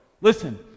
Listen